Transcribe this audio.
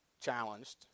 challenged